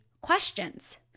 questions